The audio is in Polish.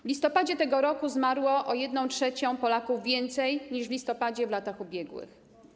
W listopadzie tego roku zmarło o 1/3 Polaków więcej niż w listopadzie w latach ubiegłych.